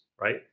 right